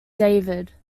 david